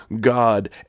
God